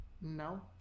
No